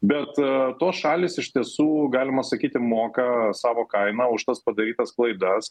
bet tos šalys iš tiesų galima sakyti moka savo kainą už tas padarytas klaidas